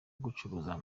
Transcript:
gucuruza